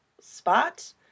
spot